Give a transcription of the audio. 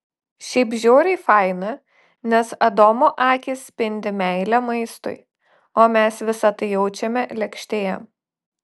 šiaip žiauriai faina nes adomo akys spindi meile maistui o mes visa tai jaučiame lėkštėje